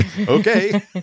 Okay